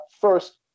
first